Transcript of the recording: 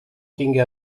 tinga